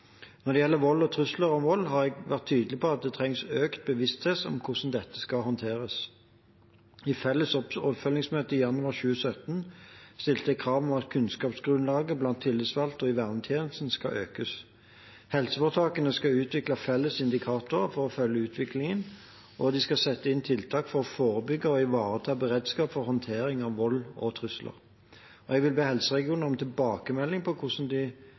Når det gjelder vold og trusler om vold, har jeg vært tydelig på at det trengs økt bevissthet om hvordan dette skal håndteres. I felles oppfølgingsmøte i januar 2017 stilte jeg krav om at kunnskapsgrunnlaget blant tillitsvalgte og i vernetjenesten skal økes. Helseforetakene skal utvikle felles indikatorer for å følge utviklingen, og de skal sette inn tiltak for å forebygge og ivareta beredskap for håndtering av vold og trusler. Jeg vil be helseregionene om tilbakemelding på hvordan de